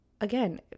again